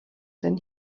than